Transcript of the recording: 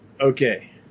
Okay